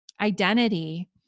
identity